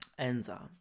Enza